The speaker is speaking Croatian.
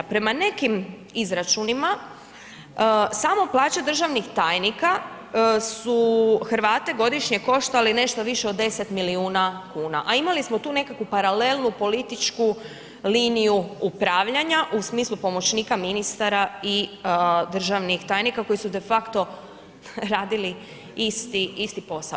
Prema nekim izračunima samo plaće državnih tajnika su Hrvate godišnje koštale nešto više od 10 milijuna kuna, a imali smo tu nekakvu paralelu, političku liniju upravljanja u smislu pomoćnika ministara i državnih tajnika koji su de facto radili isti posao.